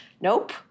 nope